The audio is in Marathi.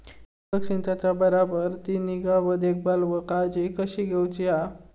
ठिबक संचाचा बराबर ती निगा व देखभाल व काळजी कशी घेऊची हा?